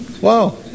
wow